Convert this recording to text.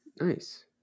Nice